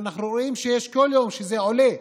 ואנחנו רואים שכל יום זה עולה.